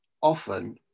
often